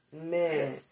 Man